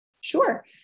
Sure